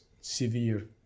severe